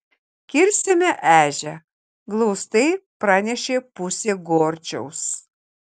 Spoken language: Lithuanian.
kirsime ežią glaustai pranešė pusė gorčiaus